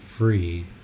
Free